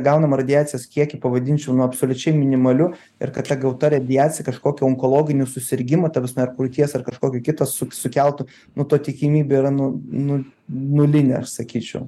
gaunamą radiacijos kiekį pavadinčiau nu absoliučiai minimaliu ir kad ta gauta radiacija kažkokį onkologinį susirgimą ta prasme ar krūties ar kažkokį kitą su sukeltų nu to tikimybė yra nu nu nulinė aš sakyčiau